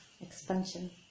expansion